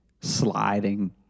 sliding